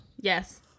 Yes